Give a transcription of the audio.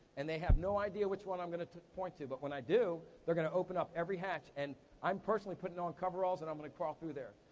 and they have no idea which one i'm gonna point to, but when i do, they're gonna open up every hatch and i'm personally puttin' on coveralls and i'm gonna crawl through there.